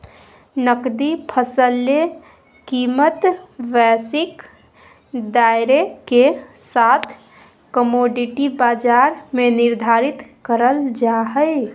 नकदी फसल ले कीमतवैश्विक दायरेके साथकमोडिटी बाजार में निर्धारित करल जा हइ